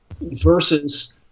versus